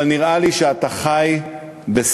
אבל נראה לי שאתה חי בסרט.